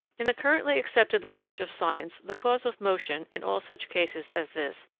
in the currently accepted language of science, the cause of motion, in all such cases as this,